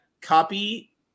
Copy